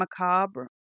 Macabre